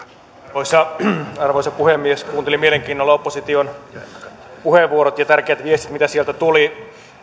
arvoisa arvoisa puhemies kuuntelin mielenkiinnolla opposition puheenvuorot ja tärkeät viestit mitä sieltä tuli